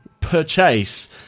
purchase